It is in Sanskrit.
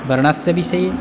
वर्णस्य विषये